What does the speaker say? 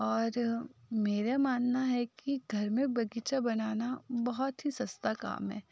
और मेरा मानना है कि घर में बगीचा बनाना बहुत ही सस्ता काम है